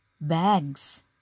bags